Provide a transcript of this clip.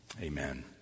Amen